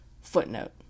Footnote